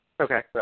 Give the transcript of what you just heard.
Okay